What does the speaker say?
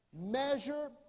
measure